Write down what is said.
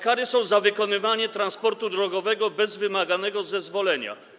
Kary są za wykonywanie transportu drogowego bez wymaganego zezwolenia.